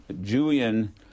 Julian